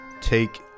take